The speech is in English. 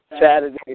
Saturday